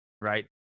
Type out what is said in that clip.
right